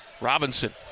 Robinson